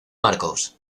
marcos